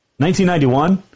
1991